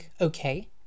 okay